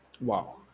wow